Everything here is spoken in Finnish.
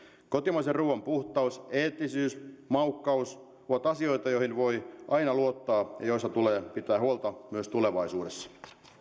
kotimaisen ruuan puhtaus eettisyys maukkaus ovat asioita joihin voi aina luottaa ja joista tulee pitää huolta myös tulevaisuudessa